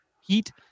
heat